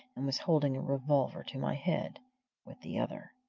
and was holding a revolver to my head with the other.